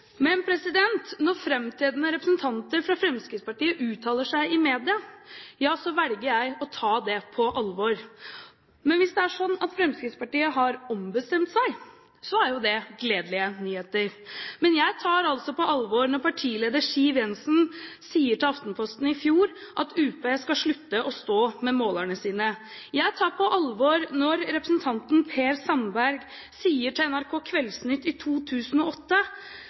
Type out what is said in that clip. Når framtredende representanter fra Fremskrittspartiet uttaler seg i media, velger jeg imidlertid å ta det på alvor. Hvis det er sånn at Fremskrittspartiet har ombestemt seg, er jo det gledelige nyheter. Men jeg tar det altså på alvor når partileder Siv Jensen sier til Aftenposten i fjor at UP skal slutte å stå med målerne sine. Jeg tar det på alvor når representanten Per Sandberg sier til NRK Kveldsnytt i 2008